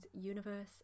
universe